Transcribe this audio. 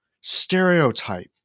stereotype